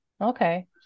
okay